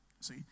See